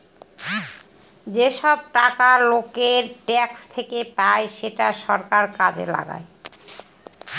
যেসব টাকা লোকের ট্যাক্স থেকে পায় সেটা সরকার কাজে লাগায়